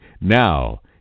Now